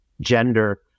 gender